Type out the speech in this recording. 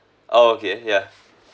oh okay yeah